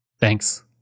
Thanks